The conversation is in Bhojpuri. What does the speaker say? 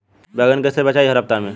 बैगन कईसे बेचाई हर हफ्ता में?